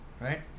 Right